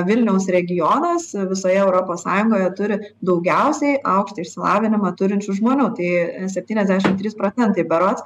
vilniaus regionas visoje europos sąjungoje turi daugiausiai aukštąjį išsilavinimą turinčių žmonių tai septyniasdešim trys procentai berods